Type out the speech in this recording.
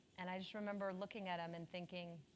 and i just remember looking at him and thinking,